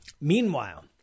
Meanwhile